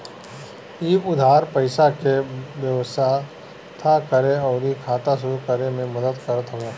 इ उधार पईसा के व्यवस्था करे अउरी खाता शुरू करे में मदद करत हवे